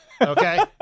Okay